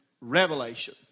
revelation